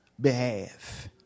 behalf